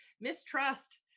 mistrust